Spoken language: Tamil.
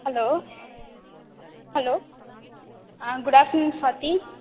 hello hello ah good afternoon Swathi